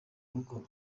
rugo